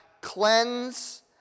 cleanse